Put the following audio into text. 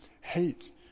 hate